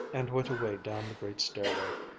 and went away down the great stairway,